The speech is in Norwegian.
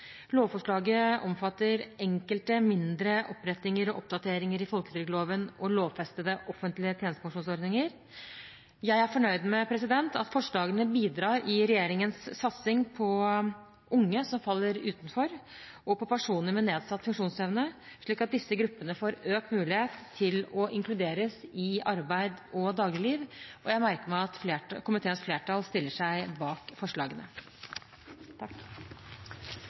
Lovforslaget omfatter enkelte mindre opprettinger og oppdateringer i folketrygdloven og lovfestede offentlige tjenestepensjonsordninger. Jeg er fornøyd med at forslagene bidrar i regjeringens satsing på unge som faller utenfor og personer med nedsatt funksjonsevne, slik at disse gruppene får økt mulighet til å inkluderes i arbeid og dagligliv, og jeg merker meg at komiteens flertall stiller seg bak forslagene.